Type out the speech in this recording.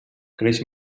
creix